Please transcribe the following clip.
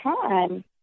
time